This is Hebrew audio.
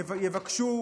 יבקשו